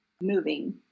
moving